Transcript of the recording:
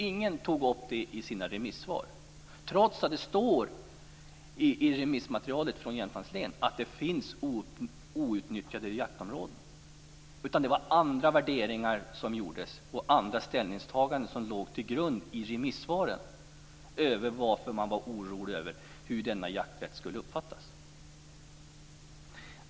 Ingen tog upp det i remissvaren trots att det står i remissmaterialet från Jämtlands län att det finns outnyttjade jaktområden. Det var andra värderingar som gjordes och andra ställningstaganden som låg till grund i remisssvaren när det gäller varför man var orolig för hur denna jakträtt skulle uppfattas.